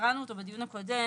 הקראנו אותו בדיון הקודם,